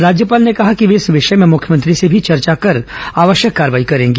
राज्यपाल ने कहा कि वे इस विषय में मुख्यमंत्री से भी चर्चा कर आवश्यक कार्यवाही करेंगी